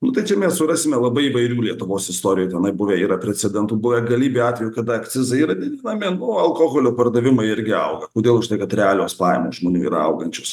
nu tai čia mes surasime labai įvairių lietuvos istorijoj tenai buvę yra precedentų buvę galybė atvejų kada akcizai yra i didinami nu alkoholio pardavimai irgi auga kodėl už tai kad realios pajamos žmonių yra augančios